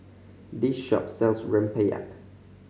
this shop sells rempeyek